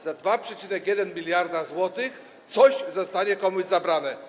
Za 2,1 mld zł coś zostanie komuś zabrane.